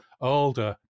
older